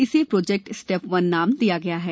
इसे project step one नाम दिया गया है